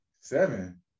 Seven